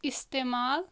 اِستعمال